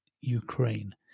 Ukraine